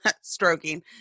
stroking